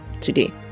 today